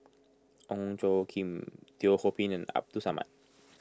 Ong Tjoe Kim Teo Ho Pin and Abdul Samad